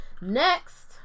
Next